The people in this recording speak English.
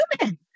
human